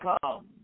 come